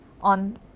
on